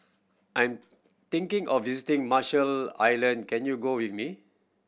I'm thinking of visiting Marshall Island can you go with me